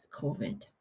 COVID